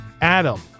Adam